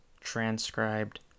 transcribed